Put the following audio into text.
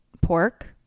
pork